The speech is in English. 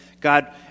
God